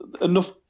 enough